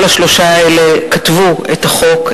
כל השלושה האלה כתבו את החוק,